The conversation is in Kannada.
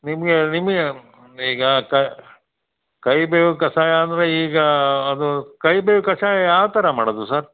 ನಿಮಗೆ ನಿಮಗೆ ಈಗ ಕಹಿ ಬೇವು ಕಷಾಯ ಅಂದ್ರೆ ಈಗ ಅದು ಕಹಿ ಬೇವು ಕಷಾಯ ಯಾವ ಥರ ಮಾಡೋದು ಸರ್